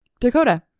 Dakota